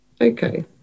okay